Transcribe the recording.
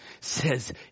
says